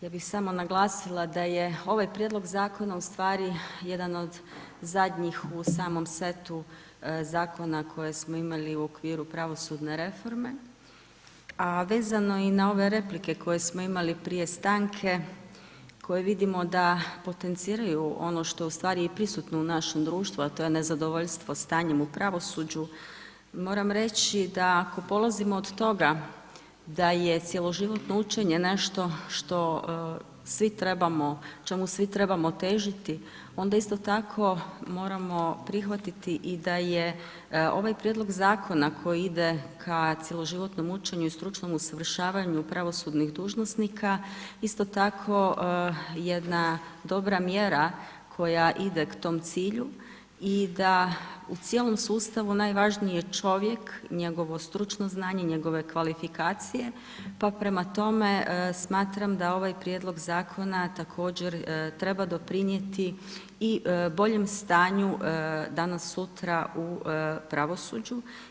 Ja bih samo naglasila, da je ovaj prijedlog zakona, ustvari, jedan od zadnjih u samom setu zakona koje smo imali u okviru pravosudne reforme, a i vezano na ove replike, koje smo imali prije stanke, koje vidimo da potenciraju ono što je ustvari i prisutno u našem društvu, a to je nezadovoljstvo stanjem u pravosuđu, moram reći, da ako polazimo od toga, da je cijeloživotno učenje, nešto što svi trebamo, o čemu svi trebamo težiti, onda isto tako moramo prihvatiti i da je ovaj prijedlog zakon, a koji ide ka cijeloživotnom učenju i stručnom usavršavanju pravosudnih dužnosnika isto tako jedna dobra mjera, koja ide k tom cilju i da u cijelom sustavu, najvažnije, čovjek, njegovo stručno znanje, njegovo kvalifikacije, pa prema tome, smatram da ovaj prijedlog zakona, također treba doprinijeti i boljem stanju danas sutra u pravosuđu.